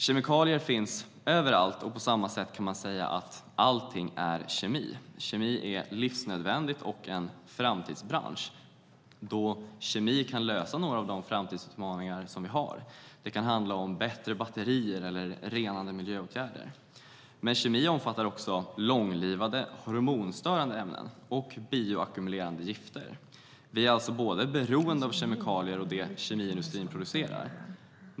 Kemikalier finns överallt, och man kan säga att allt är kemi. Kemi är livsnödvändigt och en framtidsbransch då kemi kan lösa några av de framtidsutmaningar vi har. Det kan handla om bättre batterier eller renande miljöåtgärder. Men kemi omfattar också långlivade hormonstörande ämnen och bioackumulerande gifter. Vi är alltså beroende av kemikalier och det kemiindustrin producerar.